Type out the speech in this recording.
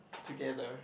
together